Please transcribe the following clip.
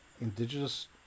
indigenous